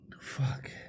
fuck